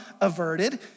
averted